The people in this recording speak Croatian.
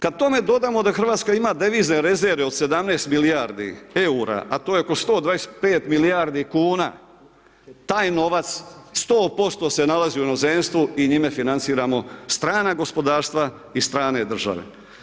Kad tome dodamo da Hrvatska ima devizne rezerve od 17 milijardi EUR-a, a to je oko 125 milijardi kuna taj novac 100% se nalazi u inozemstvu i njime financiramo strana gospodarstva i strane države.